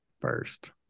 first